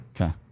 Okay